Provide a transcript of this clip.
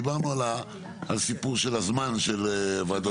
דיברנו על הסיפור של הזמן של וועדות הערר.